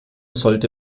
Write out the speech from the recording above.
sollte